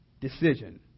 decision